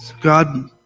God